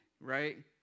right